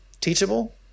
teachable